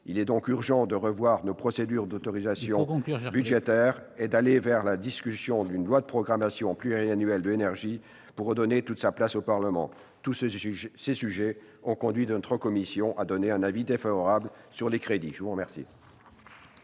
Il est donc urgent de revoir nos procédures d'autorisation budgétaire et d'aller vers la discussion d'une loi de programmation pluriannuelle de l'énergie, pour redonner toute sa place au Parlement. Tous ces sujets ont conduit la commission des affaires économiques à donner un avis défavorable sur les crédits. La parole